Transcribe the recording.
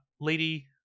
lady